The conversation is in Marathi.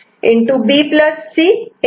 B C'